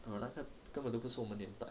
懂那个根本都不是我们年代